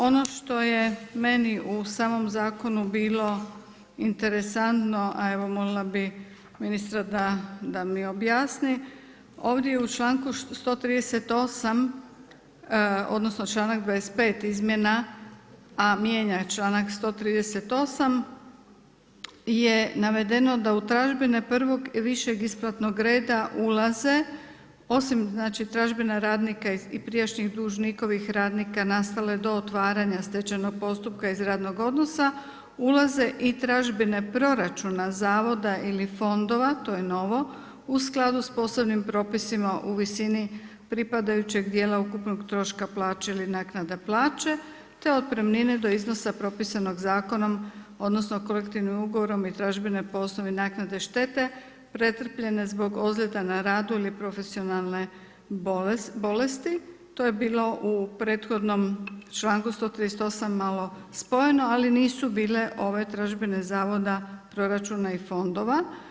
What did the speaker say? Ono što je meni u samom zakonu bilo interesantno a evo molila bi ministra da mi objasni, ovdje u članku 138. odnosno članak 25. izmjena, a mijenja članak 138. je navedeno da u tražbine prvog i višeg isplatnog reda ulaze osim znači tražbina radnika i prijašnjih dužnikovih radnika nastalo je do otvaranja stečajnog postupka iz radnog odnosa, ulaze i tražbine proračuna zavoda ili fondova, to je novo, u skladu sa posebnim propisima u visini pripadajućeg djela ukupnog troška plaće ili naknada plaće te otpremnine do iznosa propisanog zakonom odnosno kolektivnim ugovorom i tražbine po osnovi naknade štete pretrpljene zbog ozljeda na radu ili profesionalne bolesti, to je bilo u prethodnom članku 138. malo spojeno ali nisu bile ove tražbine zavoda, proračuna i fondova.